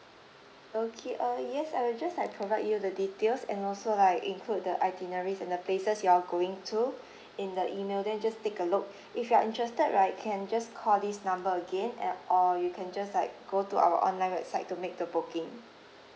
okay uh yes I will just like provide you the details and also like include the itineraries and the places you all going to in the email then you just take a look if you are interested right can just call this number again at or you can just like go to our online website to make the booking